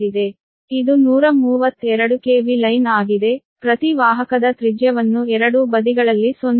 ಇದು 132 KV line ಆಗಿದೆ ಪ್ರತಿ ವಾಹಕದ ತ್ರಿಜ್ಯವನ್ನು ಎರಡೂ ಬದಿಗಳಲ್ಲಿ 0